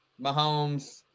mahomes